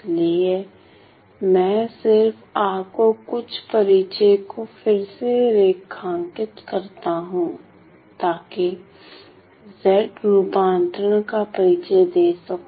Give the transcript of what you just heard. इसलिए मैं सिर्फ आपको कुछ परिचय को फिर से रेखांकित करता हूं टांके Z रूपांतरण का परिचय दे सकूं